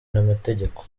n’amategeko